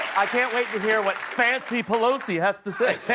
i can't wait to hear what fancy pelosi has to say.